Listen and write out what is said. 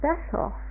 special